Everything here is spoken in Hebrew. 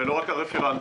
ולא רק מן הרפרנטים,